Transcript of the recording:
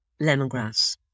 lemongrass